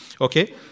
okay